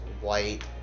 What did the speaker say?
white